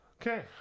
Okay